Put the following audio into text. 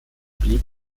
blieb